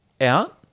out